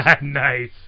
Nice